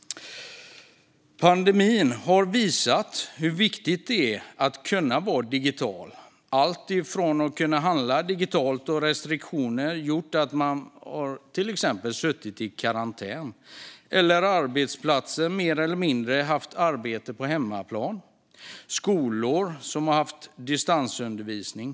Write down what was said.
Pandemin har visat hur viktigt det är att kunna vara digital. Det handlar om alltifrån att kunna handla digitalt då restriktioner har gjort att man till exempel har suttit i karantän till att arbetsplatser mer eller mindre har haft arbete på hemmaplan. Det handlar om att skolor har haft distansundervisning.